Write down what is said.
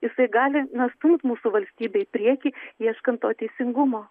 jisai gali na stumt mūsų valstybę į priekį ieškant to teisingumo